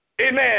amen